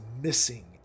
missing